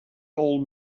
old